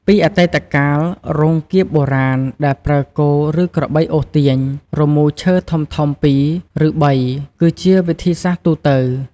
ពីអតីតកាល រោងកៀបបុរាណដែលប្រើគោ ឬក្របីអូសទាញ រមូរឈើធំៗពីរ ឬបី គឺជាវិធីសាស្ត្រទូទៅ។